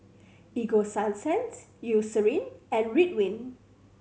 Ego Sunsense Eucerin and Ridwind